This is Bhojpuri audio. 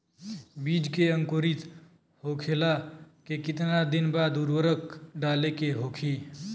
बिज के अंकुरित होखेला के कितना दिन बाद उर्वरक डाले के होखि?